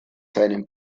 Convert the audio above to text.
seinem